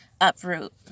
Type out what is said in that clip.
uproot